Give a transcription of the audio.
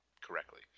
correctly